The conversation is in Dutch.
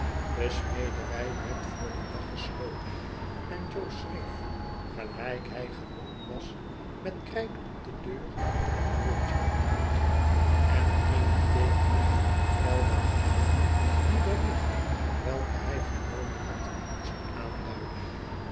de smederij werd voor dien dag gesloten en jo schreef gelijk hij gewoon was met krijt op de deur net woordje uit en eene teekeningvan een pijl daaronder die de richting welke hij genomen had moest aanduiden